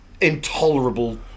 intolerable